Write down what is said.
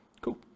Cool